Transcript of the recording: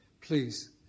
Please